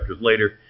later